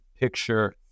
picture